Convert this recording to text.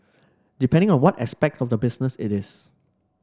depending on what aspect of the business it is